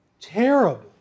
terrible